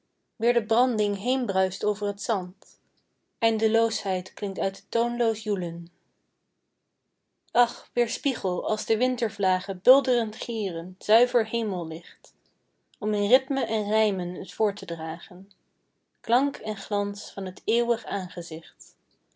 weer de branding heenbruischt over t zand eindeloosheid klinkt uit t toonloos joelen ach weerspiegel als de wintervlagen bulderend gieren zuiver hemellicht om in rythme en rijmen t voort te dragen klank en glans van t eeuwig aangezicht